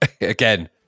again